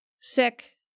sick